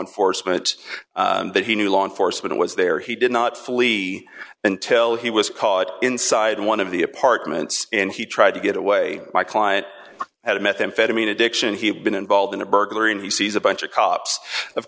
enforcement that he knew law enforcement was there he did not flee until he was caught inside one of the apartments and he tried to get away my client had a methamphetamine addiction he had been involved in a burglary and he sees a bunch of cops of